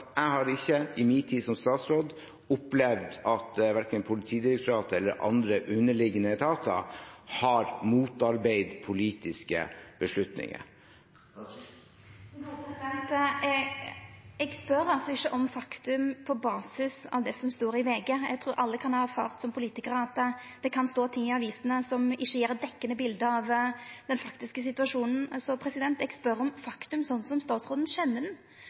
Jeg har ikke i min tid som statsråd opplevd at Politidirektoratet eller andre underliggende etater har motarbeidet politiske beslutninger. Eg spør ikkje om faktum på basis av det som står i VG. Eg trur alle kan ha erfart som politikarar at det kan stå ting i avisene som ikkje gjev eit dekkjande bilde av den faktiske situasjonen. Eg spør om faktum, slik statsråden kjenner det: Når denne påstanden har vorte reist i det offentlege rom – at i Politidirektoratet har det vore den